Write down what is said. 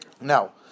Now